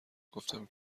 گفتم